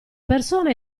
persona